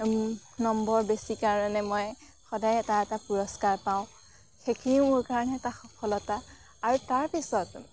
number বেছি কাৰণে মই সদায় এটা এটা পুৰস্কাৰ পাওঁ সেইখিনিও মোৰ কাৰণে এটা সফলতা আৰু তাৰপিছতো